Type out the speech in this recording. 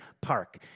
Park